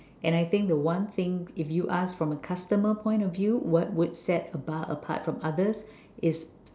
and I think the one thing if you ask from a customer point of view what would set a bar apart from others is